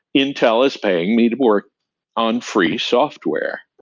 intel is paying me to work on free software.